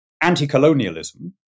anti-colonialism